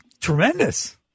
Tremendous